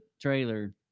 trailer